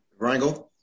Rangel